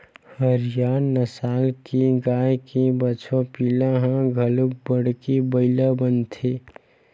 हरियाना नसल के गाय के बछवा पिला ह घलोक बाड़के बइला बनथे